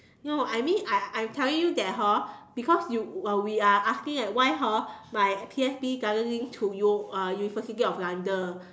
no I mean I I I'm telling you that hor because you we are asking like why hor my P_S_B doesn't link to u~ uh university of London